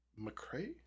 McRae